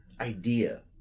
idea